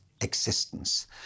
existence